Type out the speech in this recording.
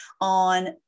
on